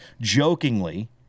jokingly